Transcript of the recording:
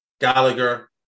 Gallagher